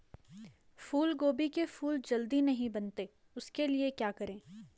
फूलगोभी के फूल जल्दी नहीं बनते उसके लिए क्या करें?